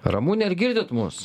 ramune ar girdit mus